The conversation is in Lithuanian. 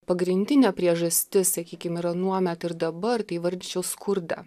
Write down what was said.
pagrindinė priežastis sakykim ir anuomet ir dabar tai įvardyčiau skurdą